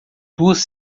duas